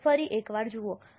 બસ ફરી એકવાર જુઓ